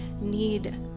need